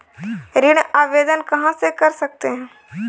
ऋण आवेदन कहां से कर सकते हैं?